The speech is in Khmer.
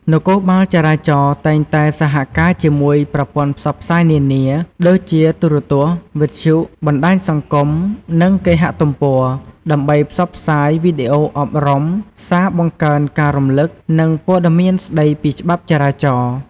នគរបាលចរាចរណ៍តែងតែសហការជាមួយប្រព័ន្ធផ្សព្វផ្សាយនានា ដូចជាទូរទស្សន៍ វិទ្យុ បណ្តាញសង្គម និងគេហទំព័រ ដើម្បីផ្សព្វផ្សាយ វីដេអូអប់រំ សារបង្កើនការរំលឹក និងព័ត៌មានស្តីពីច្បាប់ចរាចរណ៍។